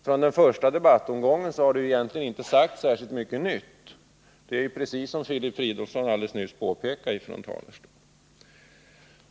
Sedan den första debattomgången har det egentligen inte tillförts särskilt mycket nytt — det påpekade också Filip Fridolfsson alldeles nyss från talarstolen.